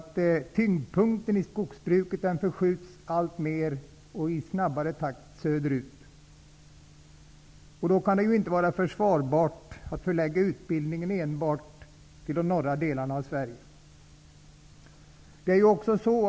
Tyngdpunkten i skogsbruket förskjuts alltmer och i allt snabbare takt söderut. Det kan då inte vara försvarbart att förlägga utbildningen till enbart de norra delarna av Sverige.